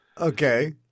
Okay